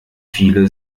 viele